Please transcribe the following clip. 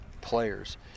players